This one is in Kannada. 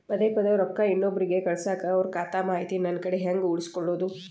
ಪದೆ ಪದೇ ರೊಕ್ಕ ಇನ್ನೊಬ್ರಿಗೆ ಕಳಸಾಕ್ ಅವರ ಖಾತಾ ಮಾಹಿತಿ ನನ್ನ ಕಡೆ ಹೆಂಗ್ ಉಳಿಸಿಕೊಳ್ಳೋದು?